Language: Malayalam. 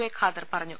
എ ഖാദർ പറഞ്ഞു